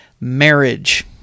marriage